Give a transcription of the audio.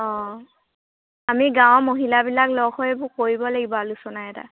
অঁ আমি গাঁৱৰ মহিলাবিলাক লগ হৈ কৰিব লাগিব আলোচনা এটা